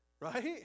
Right